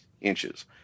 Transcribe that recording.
inches